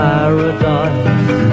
Paradise